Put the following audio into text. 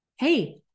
Hey